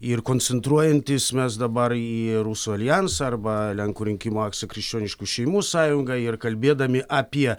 ir koncentruojantis mes dabar į rusų aljansą arba lenkų rinkimų akciją krikščioniškų šeimų sąjungą ir kalbėdami apie